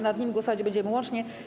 Nad nimi głosować będziemy łącznie.